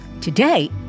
Today